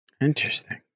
interesting